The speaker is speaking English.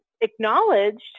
acknowledged